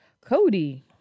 Cody